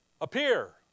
Appear